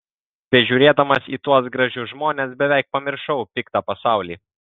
bežiūrėdamas į tuos gražius žmones beveik pamiršau piktą pasaulį